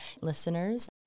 listeners